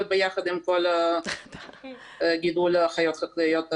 ביחד עם כל גידול חיות חקלאיות אחרות.